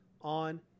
on